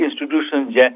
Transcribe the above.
institutions